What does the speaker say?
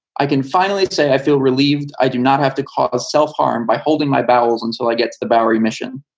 i can finally say i feel relieved. i do not have to cause self-harm by holding my bowels. and so i get to the bowery mission.